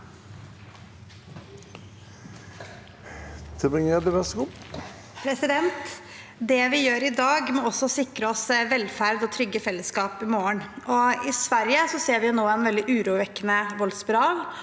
Det vi gjør i dag, må også sikre oss velferd og trygge fellesskap i morgen. I Sverige ser vi nå en veldig urovekkende voldsspiral